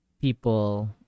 people